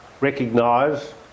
recognise